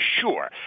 sure